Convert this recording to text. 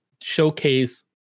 showcase